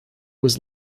was